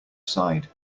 side